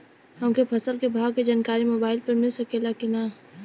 हमके फसल के भाव के जानकारी मोबाइल पर मिल सकेला की ना?